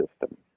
system